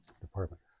department